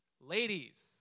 Ladies